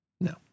No